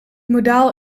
modaal